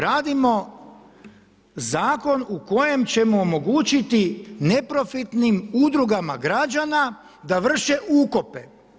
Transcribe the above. Radimo zakon u kojem ćemo omogućiti neprofitnim udrugama građana da vrše ukope.